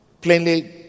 plainly